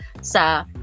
sa